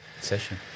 session